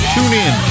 TuneIn